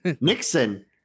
Nixon